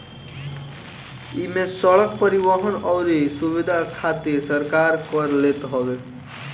इमे सड़क, परिवहन अउरी सुविधा खातिर सरकार कर लेत हवे